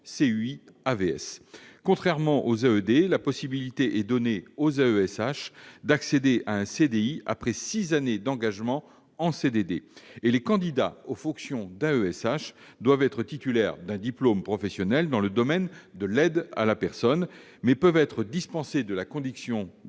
CUI-AVS. Contrairement aux AED, les AESH ont la possibilité d'accéder à un CDI, après six années d'engagement en CDD. Les candidats aux fonctions d'AESH doivent être titulaires d'un diplôme professionnel dans le domaine de l'aide à la personne. Toutefois, peuvent être dispensées de la condition de